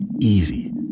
easy